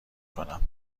کنم